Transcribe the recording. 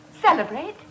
celebrate